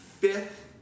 fifth